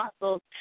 muscles